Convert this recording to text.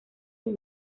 sus